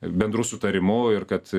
bendru sutarimu ir kad